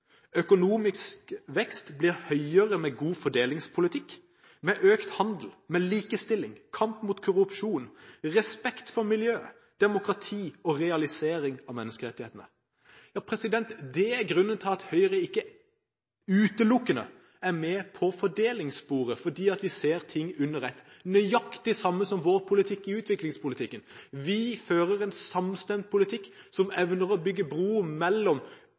Økonomisk vekst blir høyere med god fordelingspolitikk, økt handel, likestilling, kamp mot korrupsjon, respekt for miljøet, demokrati og realisering av menneskerettighetene. Det er grunnen til at Høyre ikke utelukkende er med på fordelingssporet, for vi ser ting under ett – nøyaktig det samme som vår politikk i utviklingspolitikken. Vi fører en samstemt politikk som evner å bygge bro mellom